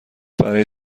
برای